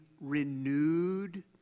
renewed